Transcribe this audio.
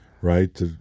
right